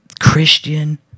Christian